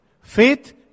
Faith